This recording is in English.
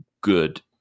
good